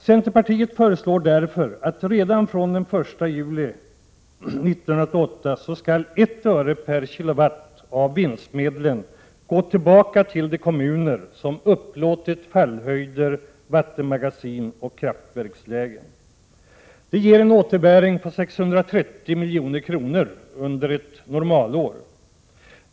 Centerpartiet föreslår därför att redan från den 1 juli 1988 1 öre per kWh av vinstmedlen skall gå tillbaka till de kommuner som upplåtit fallhöjder, vattenmagasin och kraftverkslägen. Det ger en återbäring på 630 milj.kr. under ett normalår.